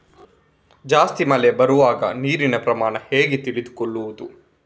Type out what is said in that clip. ಜಾಸ್ತಿ ಮಳೆ ಬರುವಾಗ ನೀರಿನ ಪ್ರಮಾಣ ಹೇಗೆ ತಿಳಿದುಕೊಳ್ಳುವುದು?